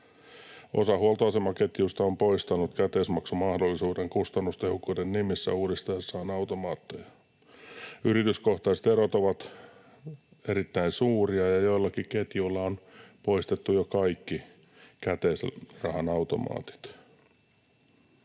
Osa huoltoasemaketjuista on poistanut käteismaksumahdollisuuden kustannustehokkuuden nimissä uudistaessaan automaatteja. Yrityskohtaiset erot ovat erittäin suuria, ja joillakin ketjuilla on poistettu jo kaikki käteisrahan automaatit.